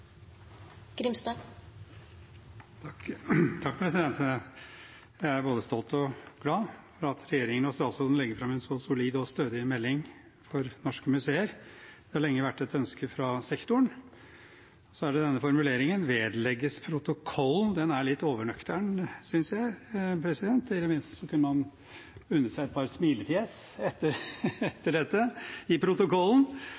både stolt og glad for at regjeringen og statsråden legger fram en så solid og stødig melding for norske museer. Det har lenge vært et ønske fra sektoren. Så er det denne formuleringen «vedlegges protokollen». Den er litt overnøktern, synes jeg, president – i det minste kunne man unne seg et par smilefjes etter